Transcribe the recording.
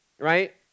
right